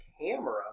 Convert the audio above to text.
camera